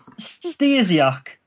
Stasiak